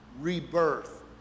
rebirth